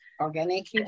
Organic